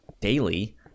daily